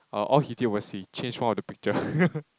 a~ all he did was he changed one of the picture